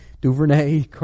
Duvernay